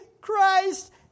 Christ